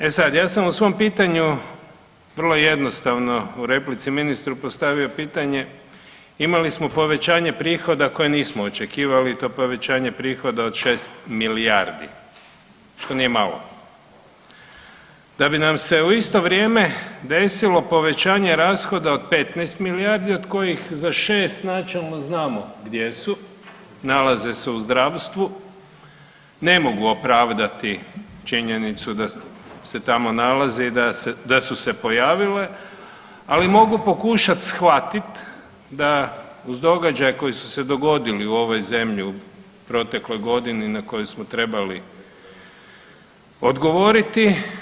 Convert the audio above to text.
E sad ja sam u svom pitanju vrlo jednostavno u replici ministru postavio pitanje, imali smo povećanje prihoda koje nismo očekivali i to povećanje prihoda od šest milijardi, što nije malo, da bi nam se u isto vrijeme desilo povećanje rashoda od 15 milijardi od kojih za 6 načelno znamo gdje su, nalaze se u zdravstvu, ne mogu opravdati činjenicu da se tamo nalazi i da su se pojavile, ali mogu pokušat shvatit da uz događaje koji su se dogodili u ovoj zemlji u proteklog godini na koju smo trebali odgovoriti.